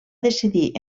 decidir